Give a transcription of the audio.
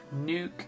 Nuke